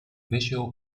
visual